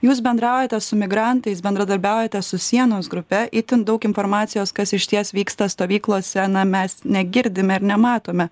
jūs bendraujate su migrantais bendradarbiaujate su sienos grupe itin daug informacijos kas išties vyksta stovyklose na mes negirdime ir nematome